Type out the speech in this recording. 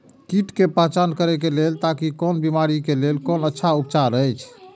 कीट के पहचान करे के लेल ताकि कोन बिमारी के लेल कोन अच्छा उपचार अछि?